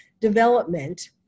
development